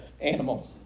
animal